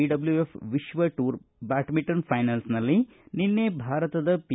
ಡಬ್ಲ್ಯೂಫ್ ವಿಶ್ವ tour badminton ಫೈನಲ್ಸ್ನಲ್ಲಿ ನಿನ್ನೆ ಭಾರತದ ಪಿ